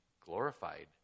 glorified